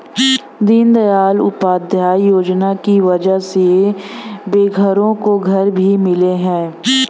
दीनदयाल अंत्योदय योजना की वजह से बेघरों को घर भी मिले हैं